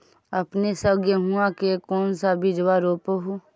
अपने सब गेहुमा के कौन सा बिजबा रोप हू?